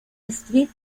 street